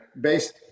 based